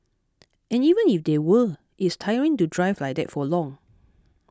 and even if there were it is tiring to drive like that for long